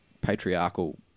patriarchal